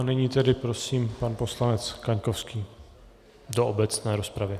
A nyní tedy prosím pan poslanec Kaňkovský do obecné rozpravy.